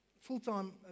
full-time